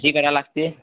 कशी करावी लागते